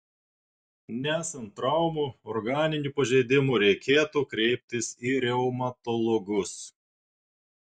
nesant traumų organinių pažeidimų reikėtų kreiptis į reumatologus